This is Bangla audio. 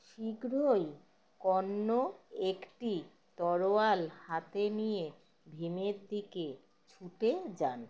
শীঘ্রই কর্ণ একটি তরোয়াল হাতে নিয়ে ভীমের দিকে ছুটে যান